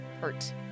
hurt